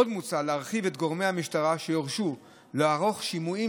עוד מוצע להרחיב את גורמי המשטרה שיורשו לערוך שימועים